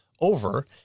over